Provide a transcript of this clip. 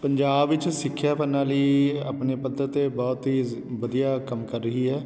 ਪੰਜਾਬ ਵਿੱਚ ਸਿੱਖਿਆ ਪ੍ਰਣਾਲੀ ਆਪਣੇ ਪੱਧਰ 'ਤੇ ਬਹੁਤ ਹੀ ਜ਼ ਵਧੀਆ ਕੰਮ ਕਰ ਰਹੀ ਹੈ